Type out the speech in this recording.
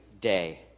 day